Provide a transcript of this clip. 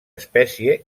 espècie